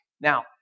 Now